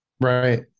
Right